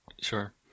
sure